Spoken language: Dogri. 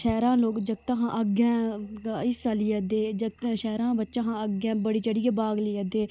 शैह्रां लोग जागतें कशा अग्गें हिस्सा लेइयै दे जागतें शैह्रें दे बच्चें शा अग्गें बढ़ी चढ़ियै भाग लेआ दे